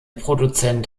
produzent